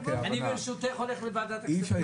ברשותך, אני הולך לוועדת הכספים.